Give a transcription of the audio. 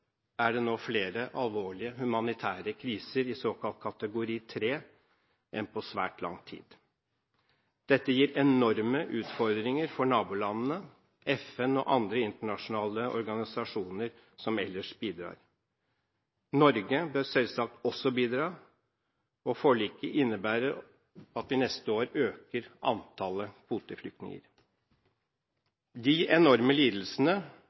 er det nå flere alvorlige humanitære kriser i såkalt kategori 3 enn på svært lang tid. Dette gir enorme utfordringer for nabolandene, FN og andre internasjonale organisasjoner som ellers bidrar. Norge bør selvsagt også bidra, og forliket innebærer at vi neste år øker antallet kvoteflyktninger. De enorme lidelsene